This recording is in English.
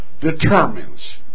determines